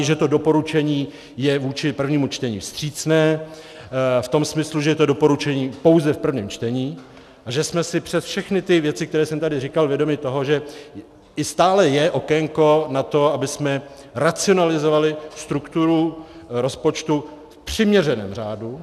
Že to doporučení je vůči prvnímu čtení vstřícné v tom smyslu, že je to doporučení pouze v prvním čtení a že jsme si přes všechny ty věci, které jsem tady říkal, vědomi toho, že stále je okénko na to, abychom racionalizovali strukturu rozpočtu v přiměřeném řádu.